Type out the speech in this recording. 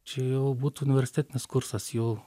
čia jau būtų universitetinis kursas jau